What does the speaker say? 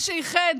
מה שאיחד